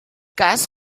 cas